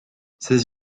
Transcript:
ses